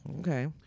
Okay